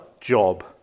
job